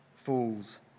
fools